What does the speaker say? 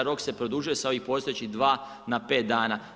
Rok se produžuje sa ovih postojećih 2 na 5 dana.